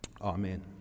Amen